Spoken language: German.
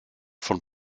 von